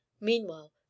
Meanwhile